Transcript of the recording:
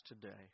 today